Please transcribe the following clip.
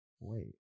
Wait